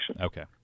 Okay